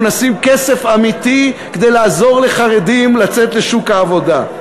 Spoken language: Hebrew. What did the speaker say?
אנחנו נשים כסף אמיתי כדי לעזור לחרדים לצאת לשוק העבודה.